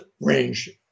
range